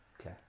Okay